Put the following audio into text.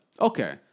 okay